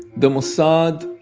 the mossad